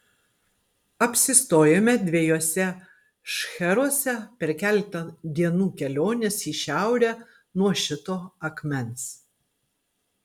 apsistojome dviejuose šcheruose per keletą dienų kelionės į šiaurę nuo šito akmens